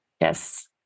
yes